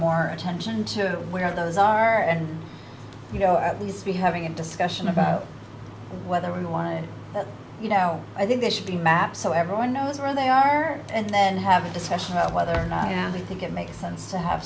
more attention to where those are and you know at least be having a discussion about whether we want to let you know i think there should be a map so everyone knows where they are and then have a discussion about whether they think it makes sense to have